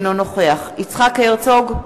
אינו נוכח יצחק הרצוג,